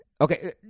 Okay